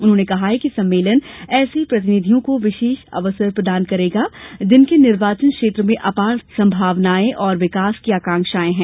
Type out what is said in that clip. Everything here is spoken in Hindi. उन्होंने कहा कि सम्मेलन ऐसे प्रतिनिधियों को विशेष अवसर प्रदान करेगा जिनके निर्वाचन क्षेत्र में अपार संभावनाएं और विकास की आकांक्षाएं हैं